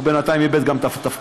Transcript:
הוא בינתיים גם איבד את התפקיד,